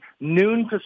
noon